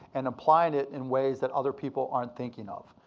and applying it in ways that other people aren't thinking of.